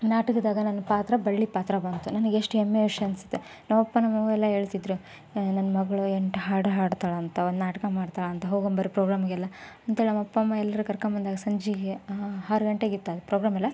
ನಾಟಕದಾಗ ನನ್ನ ಪಾತ್ರ ಬಳ್ಳಿ ಪಾತ್ರ ಬಂತು ನನಗೆಷ್ಟು ಹೆಮ್ಮೆಯ ವಿಷಯ ಅನ್ಸತ್ತೆ ನಮ್ಮ ಅಪ್ಪ ನಮ್ಮ ಅಮ್ಮಗೆಲ್ಲ ಹೇಳ್ತಿದ್ರು ನನ್ನ ಮಗಳು ಎಂಟು ಹಾಡು ಹಾಡ್ತಾಳಂತೆ ಒಂದು ನಾಟಕ ಮಾಡ್ತಾಳಂತೆ ಹೋಗೊಂಬರು ಪ್ರೋಗ್ರಾಮಿಗೆಲ್ಲ ಅಂತೇಳಿ ನಮ್ಮ ಅಪ್ಪ ಅಮ್ಮ ಎಲ್ರು ಕರ್ಕಂಬಂದಾಗ ಸಂಜೆಗೆ ಆರು ಗಂಟೆಗಿತ್ತು ಆ ಪ್ರೋಗ್ರಾಮೆಲ್ಲ